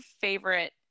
favorite